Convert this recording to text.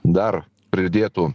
dar pridėtų